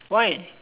why